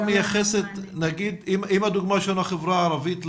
הדוגמה היא החברה הערבית,